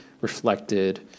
reflected